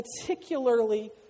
particularly